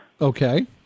Okay